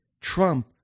Trump